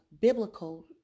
biblical